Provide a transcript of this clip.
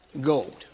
gold